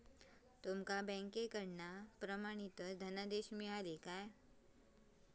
तुमका बँकेकडून प्रमाणितच धनादेश मिळाल्ले काय?